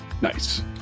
Nice